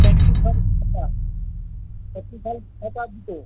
practical খাতা practical খাতা দুটো